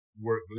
work